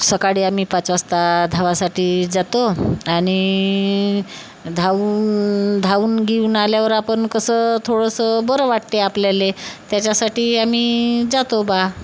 सकाळी आम्ही पाच वाजता धावासाठी जातो आणि धावून धावून घिऊन आल्यावर आपण कसं थोडंसं बरं वाटते आपल्याला त्याच्यासाठी आम्ही जातो बा